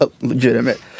legitimate